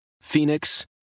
Phoenix